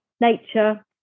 nature